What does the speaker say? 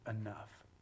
enough